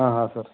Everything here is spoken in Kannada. ಹಾಂ ಹಾಂ ಸರ್